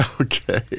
Okay